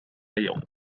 يوم